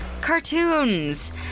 cartoons